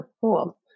cool